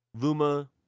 Luma